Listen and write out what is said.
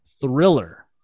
Thriller